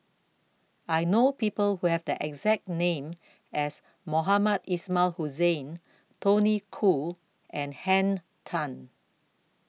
I know People Who Have The exact name as Mohamed Ismail Hussain Tony Khoo and Henn Tan